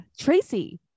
Tracy